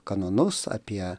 kanonus apie